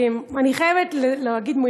לאל, החיילים שלנו הם לא אנסים.